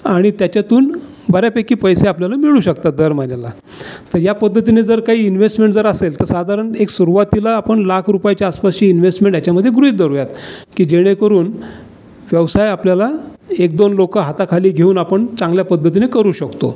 आणि त्याच्यातून बऱ्यापैकी पैसे आपल्याला मिळू शकतात दर महिन्याला तर या पद्धतीने जर काही इन्व्हेस्टमेंट जर असेल तर साधारण एक सुरुवातीला आपण लाख रुपायच्या आसपासची इन्व्हेस्टमेंट याच्यामध्ये गृहीत धरुयात की जेणेकरून व्यवसाय आपल्याला एकदोन लोकं हाताखाली घेऊन आपण चांगल्या पद्धतीने करू शकतो